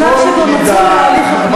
על השלב שבו מצוי, כל מידע, ההליך הפלילי.